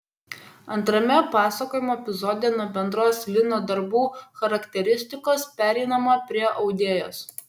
antrame pasakojimo epizode nuo bendros lino darbų charakteristikos pereinama prie audėjos